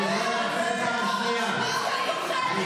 ונאור שירי, חברת הכנסת מירב כהן, תודה רבה.